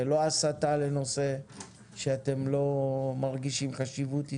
זה לא הסטה לנושא שאתם לא מרגישים את החשיבות שלו.